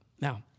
Now